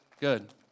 Good